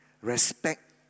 Respect